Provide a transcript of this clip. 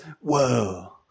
whoa